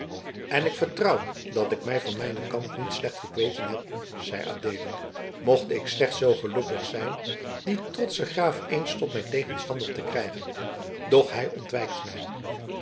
en ik vertrouw dat ik mij van mijnen kant niet slecht gekweten heb zeide adeelen mocht ik slechts zoo gelukkig zijn dien trotschen graaf eens tot mijn tegenstander te krijgen doch hij ontwijkt mij